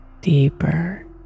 deeper